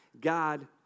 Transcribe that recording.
God